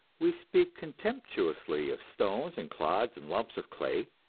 we speak contemptuously of stones and clods and lumps of clay.